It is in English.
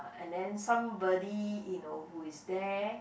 and then somebody you know who is there